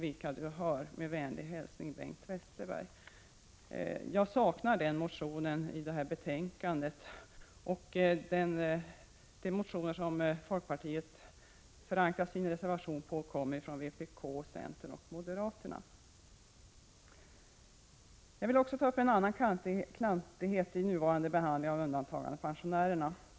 Jag saknar motionen i det här betänkandet. De motioner som folkpartiet förankrar sin reservation vid kommer från vpk, centern och moderaterna. Jag vill också ta upp en annan klantighet beträffande den nuvarande behandlingen av undantagandepensionärerna.